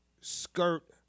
skirt –